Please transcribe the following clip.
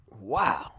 Wow